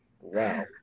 wow